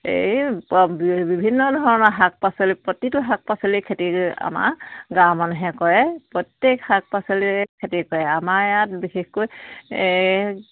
এই বিভিন্ন ধৰণৰ শাক পাচলি প্ৰতিটো শাক পাচলি খেতি আমাৰ গাঁৱৰ মানুহে কৰে প্ৰত্যেক শাক পাচলি খেতি কৰে আমাৰ ইয়াত বিশেষকৈ এই